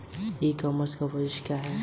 ई commerce का भविष्य क्या है?